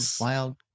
wild